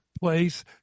place